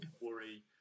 worry